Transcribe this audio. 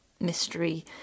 mystery